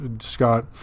Scott